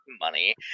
money